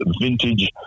vintage